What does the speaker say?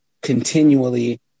continually